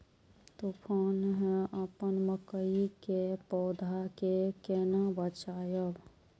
तुफान है अपन मकई के पौधा के केना बचायब?